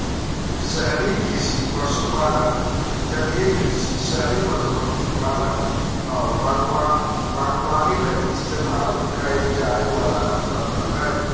शहरी कृषि पशुपालन, जलीय कृषि, शहरी मधुमक्खी पालन आऊ बागवानी लगी इस्तेमाल कईल जाइ वाला शब्द हइ